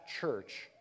church